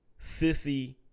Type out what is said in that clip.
sissy